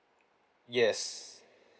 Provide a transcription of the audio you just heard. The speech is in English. yes